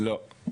לא,